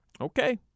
Okay